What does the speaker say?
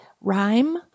rhyme